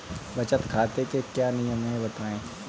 बचत खाते के क्या नियम हैं बताएँ?